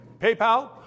PayPal